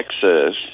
Texas